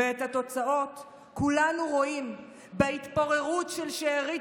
ואת התוצאות כולנו רואים בהתפוררות של שארית